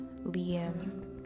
Liam